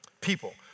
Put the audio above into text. People